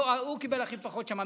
הוא קיבל הכי פחות שמה.